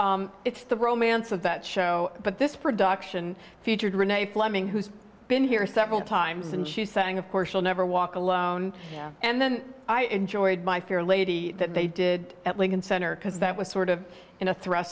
and it's the romance of that show but this production featured renee fleming who's been here several times and she sang of course will never walk alone and then i enjoyed my fair lady that they did at lincoln center because that was sort of in a thr